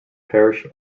parish